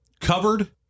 covered